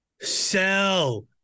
sell